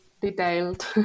detailed